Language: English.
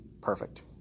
Perfect